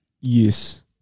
Yes